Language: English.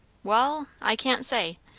wall, i can't say.